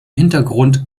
hintergrund